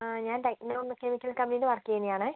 ആ ഞാൻ techno chemical കമ്പനിയിൽ വർക്ക് ചെയ്യുന്നതാണേ